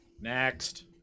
Next